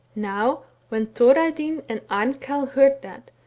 now when thorarinn and amkell heard that,